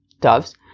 doves